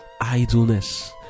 idleness